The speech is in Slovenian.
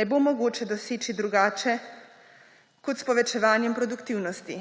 ne bo mogoče doseči drugače kot s povečevanjem produktivnosti.